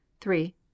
three